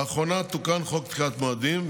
לאחרונה תוקן חוק דחיית מועדים,